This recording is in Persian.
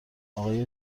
آقای